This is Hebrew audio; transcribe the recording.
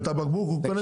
את הבקבוק הוא קונה מכם.